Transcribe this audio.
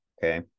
okay